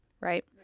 right